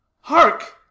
Hark